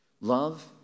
Love